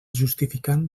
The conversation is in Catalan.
justificant